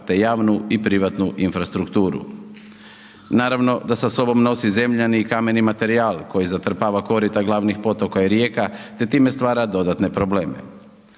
te javnu i privatnu infrastrukturu. naravno da sa sobom nosi zemljani i kameni materijal koji zatrpava korita glavnih potoka i rijeka te time stvara dodatne probleme.